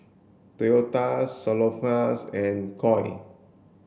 Toyota Salonpas and Koi